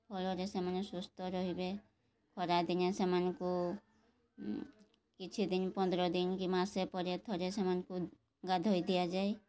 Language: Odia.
ଫଳରେ ସେମାନେ ସୁସ୍ଥ ରହିବେ ଖରାଦିନେ ସେମାନଙ୍କୁ କିଛି ଦିନ ପନ୍ଦର ଦିନ କି ମାସେ ପରେ ଥରେ ସେମାନଙ୍କୁ ଗାଧୋଇ ଦିଆଯାଏ